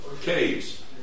caves